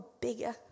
bigger